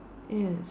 yes